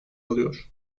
alıyor